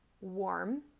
warm